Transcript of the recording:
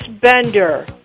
Bender